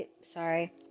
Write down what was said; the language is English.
Sorry